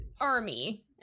army